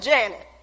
Janet